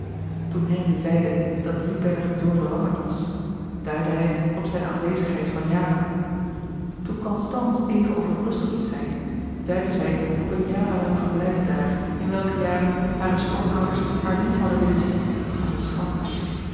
toen henri zeide dat driebergen zoo veranderd was duidde hij op zijne afwezigheid van jaren toen constance even over brussel iets zei duidde zij op hun jarenlang verblijf daar in welke jaren hare schoonouders haar niet hadden willen zien als een schande